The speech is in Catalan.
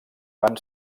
van